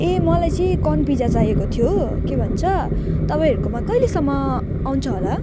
ए मलाई चाहिँ corn pizza चाहिएको थियो हो के भन्छ तपाईँहरूकोमा कहिलेसम्म आउँछ होला